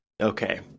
Okay